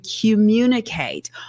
communicate